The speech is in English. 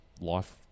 life